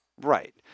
Right